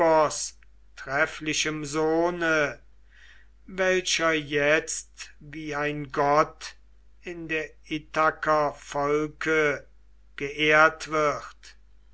trefflichem sohne welcher jetzt wie ein gott in der ithaker volke geehrt wird